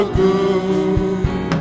good